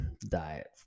diet